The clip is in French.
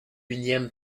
unième